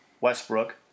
Westbrook